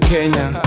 Kenya